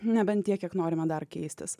nebent tiek kiek norime dar keistis